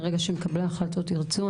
ברגע שמקבלי ההחלטות ירצו,